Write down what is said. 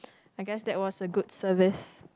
I guess that was a good service